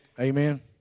Amen